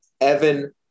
Evan